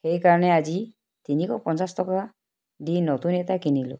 সেইকাৰণে আজি তিনিশ পঞ্চাছ টকা দি নতুন এটা কিনিলোঁ